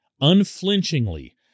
unflinchingly